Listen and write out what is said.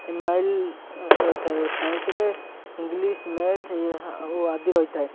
M I L ରହିଥାଏ ଓ ସାଇନ୍ସରେ ଇଂଲିଶ ମ୍ୟାଥ ଓ ଆଦି ରହିଥାଏ